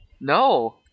No